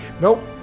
Nope